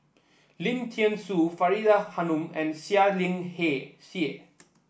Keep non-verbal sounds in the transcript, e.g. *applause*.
Lim Thean Soo Faridah Hanum and Seah Liang *unintelligible* Seah